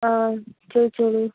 ആ ചോദിച്ചോളു